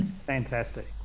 Fantastic